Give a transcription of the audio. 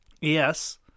Yes